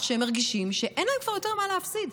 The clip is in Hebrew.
שהם מרגישים שאין להם כבר יותר מה להפסיד,